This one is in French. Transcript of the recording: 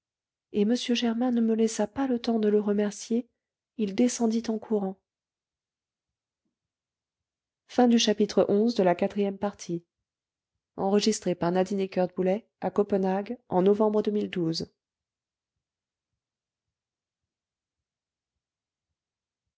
et m germain ne me laissa pas le temps de le remercier il descendit en courant